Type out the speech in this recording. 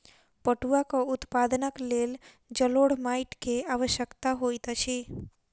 पटुआक उत्पादनक लेल जलोढ़ माइट के आवश्यकता होइत अछि